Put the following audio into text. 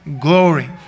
glory